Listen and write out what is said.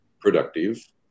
productive